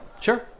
Sure